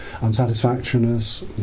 unsatisfactoriness